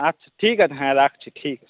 আচ্ছা ঠিক আছে হ্যাঁ রাখছি ঠিক আছে